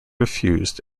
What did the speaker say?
refused